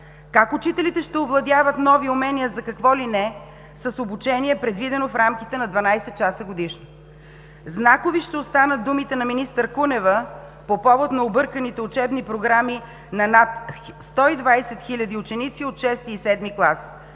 Как учителите ще овладяват нови умения за какво ли не с обучение, предвидено в рамките на 12 часа годишно? Знакови ще останат думите на министър Кунева по повод на обърканите учебни програми на над 120 хиляди ученици от шести и